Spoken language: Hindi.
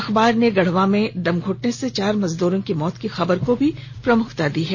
अखबार ने गढ़वा में दम घुटने से चार मजदूरों की मौत की खबर को प्रमुखता दी है